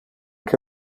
que